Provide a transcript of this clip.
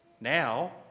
Now